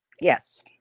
Yes